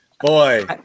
Boy